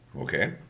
Okay